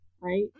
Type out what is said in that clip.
right